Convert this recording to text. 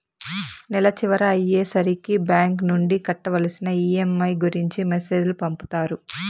నెల చివర అయ్యే సరికి బ్యాంక్ నుండి కట్టవలసిన ఈ.ఎం.ఐ గురించి మెసేజ్ లు పంపుతారు